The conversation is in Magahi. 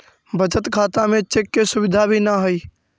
बचत खाता में चेक के सुविधा भी न हइ